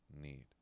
need